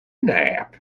nap